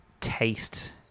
taste